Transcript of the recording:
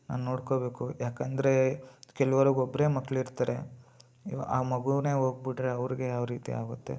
ನಾನು ನೋಡ್ಕೋಬೇಕು ಯಾಕಂದರೆ ಕೆಲುವ್ರಿಗೆ ಒಬ್ಬರು ಮಕ್ಕಳಿರ್ತಾರೆ ಆ ಮಗುನೇ ಹೋಗ್ಬಿಟ್ರೆ ಅವರಿಗೆ ಯಾವ ರೀತಿ ಆಗುತ್ತೆ